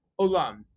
Olam